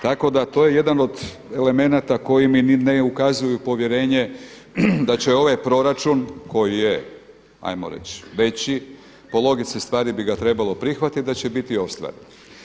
Tako da to je jedan od elemenata koji mi ne ukazuju povjerenje da će ovaj proračun koji je ajmo reći veći, po logici stvari bi ga trebalo prihvatiti da će biti ostvaren.